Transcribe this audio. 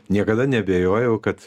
niekada neabejojau kad